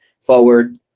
forward